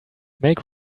make